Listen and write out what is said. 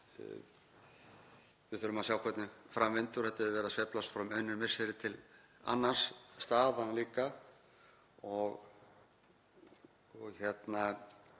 Við þurfum að sjá hvernig fram vindur, þetta hefur verið að sveiflast frá einu misseri til annars, staðan líka. Ég get